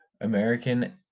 american